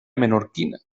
menorquina